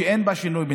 שאין בה שינוי בינתיים.